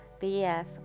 Bf